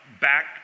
back